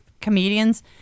comedians